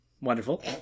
Wonderful